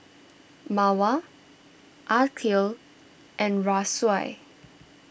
Mawar Aqil and Raisya